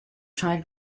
child